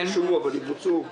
לא ישולמו, אבל יבוצעו.